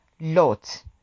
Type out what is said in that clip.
Lot